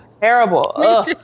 Terrible